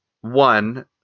one